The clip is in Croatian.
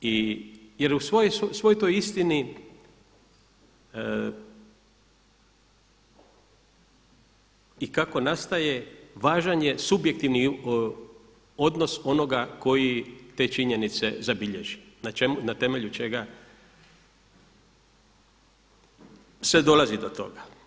Da i, jer u svoj toj istini i kako nastaje važan je subjektivni odnos onoga koji te činjenice zabilježi na temelju čega se dolazi do toga.